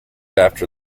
after